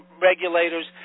regulators